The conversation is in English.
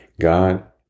God